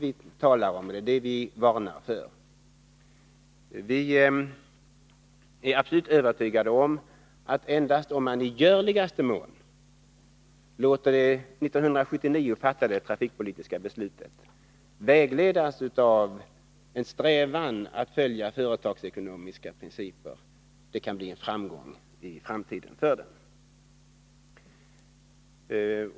Vi är absolut övertygade om att det kan bli en framgång endast om man i görligaste mån låter det 1979 fattade trafikpolitiska beslutet kombineras med en strävan att följa företagsekonomiska principer.